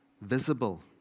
visible